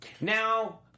Now